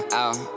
out